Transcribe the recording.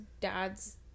dads